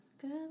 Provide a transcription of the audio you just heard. Good